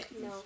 No